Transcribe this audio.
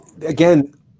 Again